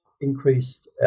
increased